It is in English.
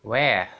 where